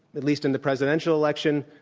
at least in the presidential election,